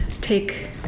take